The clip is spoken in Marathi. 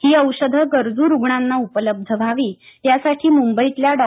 ही औषधं गरजू रुग्णांना उपलब्ध व्हावी यासाठी मुंबईतल्या डॉ